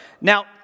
Now